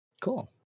Cool